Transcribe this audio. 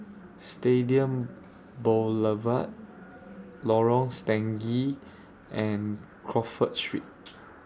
Stadium Boulevard Lorong Stangee and Crawford Street